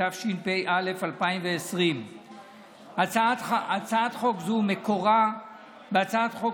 התשפ"א 2020. הצעת חוק זו מקורה בהצעת חוק